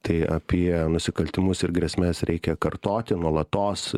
tai apie nusikaltimus ir grėsmes reikia kartoti nuolatos